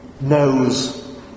knows